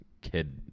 kid